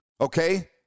okay